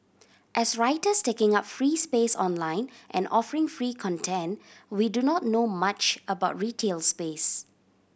as writers taking up free space online and offering free content we do not know much about retail space